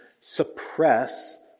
suppress